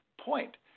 point